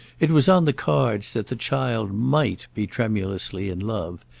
it was on the cards that the child might be tremulously in love,